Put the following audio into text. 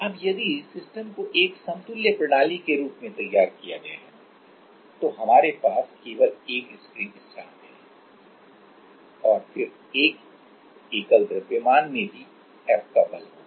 अब यदि सिस्टम को एक समतुल्य प्रणाली के रूप में तैयार किया गया है तो हमारे पास केवल एक स्प्रिंग स्थिरांक है और फिर एक एकल द्रव्यमान में भी F का बल होगा